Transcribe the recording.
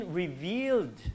revealed